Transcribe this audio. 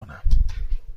کنم